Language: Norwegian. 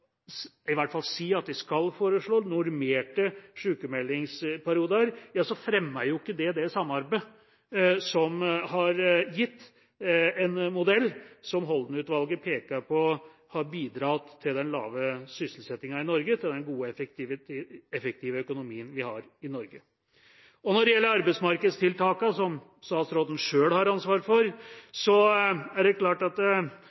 i hvert fall si at de skal foreslå – normerte sykmeldingsperioder, fremmer ikke det det samarbeidet som har gitt modellen som Holden III-utvalget peker på har bidratt til den lave sysselsettingen i Norge, og til den gode, effektive økonomien vi har i Norge. Når det gjelder arbeidsmarkedstiltakene som statsråden selv har ansvaret for, er det klart at